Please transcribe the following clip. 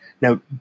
now